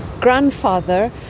grandfather